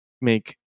make